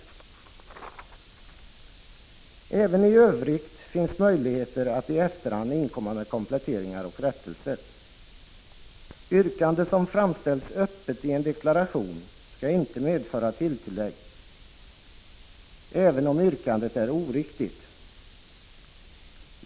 Även i övrigt finns möjligheter att i efterhand inkomma med kompletteringar och rättelser. Yrkanden som framställs öppet i deklarationen skall inte medföra tulltillägg, även om yrkandet är oriktigt.